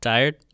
Tired